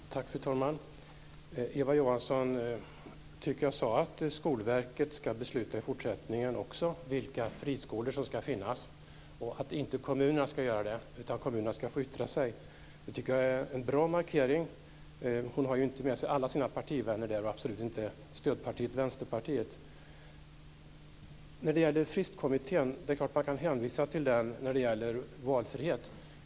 Fru talman! Jag tyckte att Eva Johansson sade att Skolverket också i fortsättningen ska besluta vilka friskolor som ska finnas. Det är inte kommunerna som ska göra det, utan kommunerna ska få yttra sig. Det tycker jag är en bra markering. Hon har inte med sig alla sina partivänner där, och absolut inte stödpartiet Vänsterpartiet. Det är klart att man kan hänvisa till Fristkommittén när det gäller valfrihet.